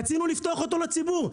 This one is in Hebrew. רצינו לפתוח אותו לציבור.